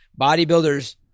bodybuilders